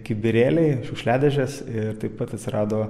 kibirėliai šiukšliadėžės ir taip pat atsirado